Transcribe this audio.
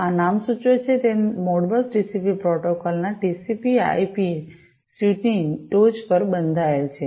આ નામ સૂચવે છે તેમ મોડબસ ટીસીપી પ્રોટોકોલો ના ટીસીપીઆઈપી TCP IP સ્યુટ ની ટોચ પર બંધાયેલ છે